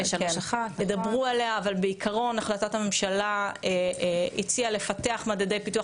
אבל בעיקרון החלטת הממשלה הציעה לפתח מדדי פיתוח